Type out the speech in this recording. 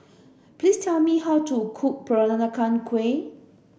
please tell me how to cook Peranakan Kueh